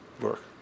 work